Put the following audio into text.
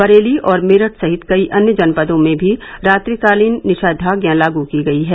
बरेली और मेरठ सहित कई अन्य जनपदों में भी रात्रिकालीन निषेधाज्ञा लागू की गई है